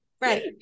Right